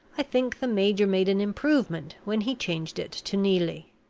i think the major made an improvement when he changed it to neelie.